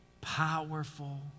powerful